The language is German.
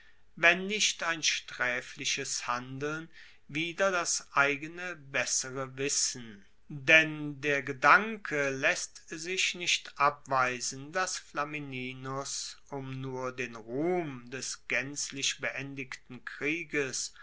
wenn nicht ein straefliches handeln wider das eigene bessere wissen denn der gedanke laesst sich nicht abweisen dass flamininus um nur den ruhm des gaenzlich beendigten krieges